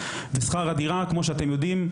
ושכר הדירה כמו שאתם יודעים,